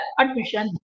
admission